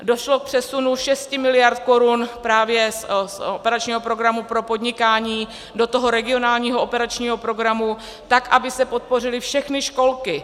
Došlo k přesunu 6 mld. korun právě z operačního programu pro podnikání do toho regionální operačního programu, tak aby se podpořily všechny školky.